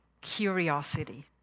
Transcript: curiosity